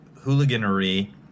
hooliganery